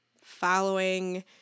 following